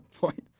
points